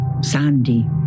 Sandy